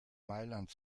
mailand